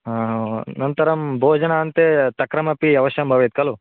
हा नन्तरं भोजनान्ते तक्रमपि अवश्यं भवेत् खलु